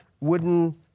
wooden